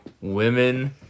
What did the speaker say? women